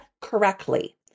correctly